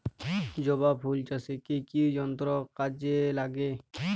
জবা ফুল চাষে কি কি যন্ত্র কাজে লাগে?